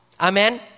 Amen